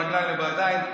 ברגליים ובידיים,